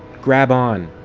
grab on!